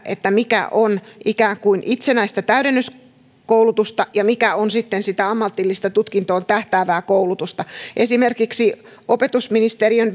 mikä on ikään kuin itsenäistä täydennyskoulutusta ja mikä on sitten sitä ammatillista tutkintoon tähtäävää koulutusta esimerkiksi opetusministeriön